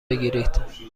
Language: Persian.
بگیرید